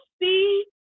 see